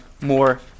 more